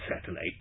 satellite